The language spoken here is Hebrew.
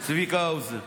צביקה האוזר.